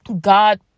God